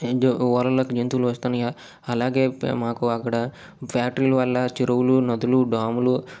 ఊర్లలోకి జంతువులు వస్తున్నాయి అలాగే మాకు అక్కడ ఫ్యాక్టరీల వల్ల చెరువులు నదులు డ్యాములు